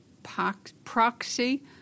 proxy